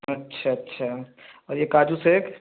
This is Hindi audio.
अच्छा अच्छा और ये काजू सेक